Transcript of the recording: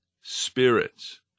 spirits